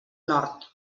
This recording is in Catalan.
nord